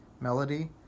Melody